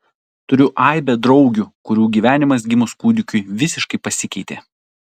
turiu aibę draugių kurių gyvenimas gimus kūdikiui visiškai pasikeitė